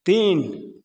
तीन